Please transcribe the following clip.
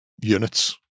units